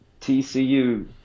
tcu